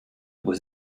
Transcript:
was